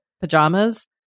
pajamas